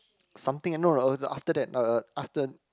something eh no no it was after that uh uh after